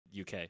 uk